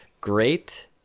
Great